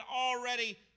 already